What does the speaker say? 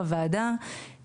בוועדה,